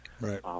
Right